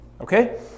okay